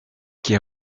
quai